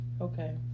Okay